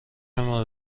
مورد